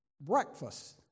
Breakfast